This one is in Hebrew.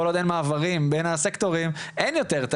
כל עוד אין מעברים בין הסקטורים אין יותר,